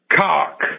cock